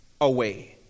away